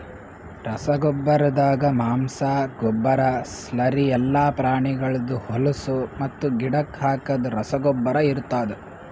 ರಸಗೊಬ್ಬರ್ದಾಗ ಮಾಂಸ, ಗೊಬ್ಬರ, ಸ್ಲರಿ ಎಲ್ಲಾ ಪ್ರಾಣಿಗಳ್ದ್ ಹೊಲುಸು ಮತ್ತು ಗಿಡಕ್ ಹಾಕದ್ ರಸಗೊಬ್ಬರ ಇರ್ತಾದ್